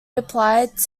applied